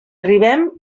arribem